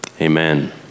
amen